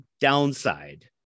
downside